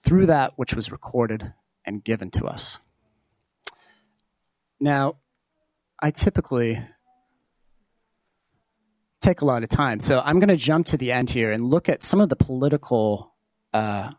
through that which was recorded and given to us now i typically take a lot of time so i'm gonna jump to the end here and look at some of the political